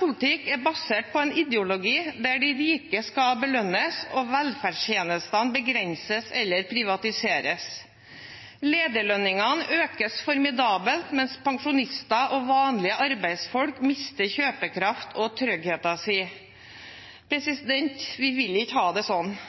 politikk er basert på en ideologi der de rike skal belønnes og velferdstjenestene begrenses eller privatiseres. Lederlønningene økes formidabelt, mens pensjonister og vanlige arbeidsfolk mister kjøpekraft og tryggheten sin. Vi vil ikke ha det slik –